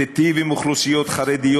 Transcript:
תיטיב עם אוכלוסיות חרדיות,